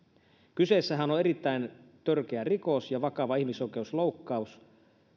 kyseessähän on erittäin törkeä rikos ja vakava ihmisoikeusloukkaus